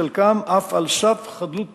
חלקם אף על סף חדלות פירעון.